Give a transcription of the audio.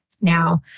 Now